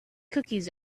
cookies